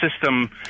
system